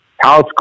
house